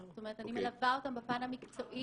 אני מלווה אותם בפן המקצועי.